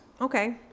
Okay